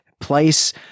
place